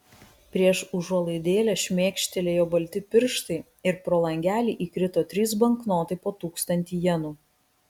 prieš užuolaidėlę šmėkštelėjo balti pirštai ir pro langelį įkrito trys banknotai po tūkstantį jenų